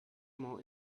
more